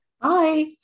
Bye